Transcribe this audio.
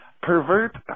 pervert